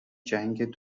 جنگ